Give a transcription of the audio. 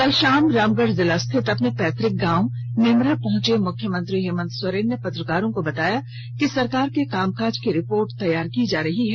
कल शाम रामगढ़ जिला स्थित अपने पैतक गांव नेमरा पहुंचे मुख्यमंत्री हेमंत सोरेन ने पत्रकारों को बताया कि सरकार के कामकाज की रिपोर्ट तैयार की जा रही है